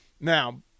Now